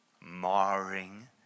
marring